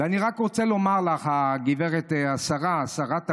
אני רק רוצה לומר לך, הגב' השרה, שרת הפנים: